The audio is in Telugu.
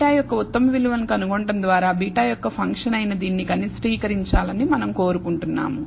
β యొక్క ఉత్తమ విలువ కనుగొనడం ద్వారా β యొక్క ఫంక్షన్ అయిన దీన్ని కనిష్టీకరించాలని మనం కోరుకుంటున్నాము